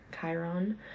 Chiron